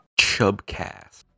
Chubcast